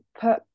put